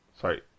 Sorry